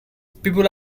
people